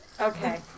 Okay